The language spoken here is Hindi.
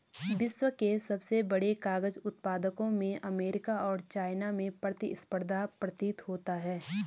विश्व के सबसे बड़े कागज उत्पादकों में अमेरिका और चाइना में प्रतिस्पर्धा प्रतीत होता है